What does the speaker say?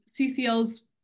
CCL's